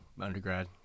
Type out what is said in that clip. undergrad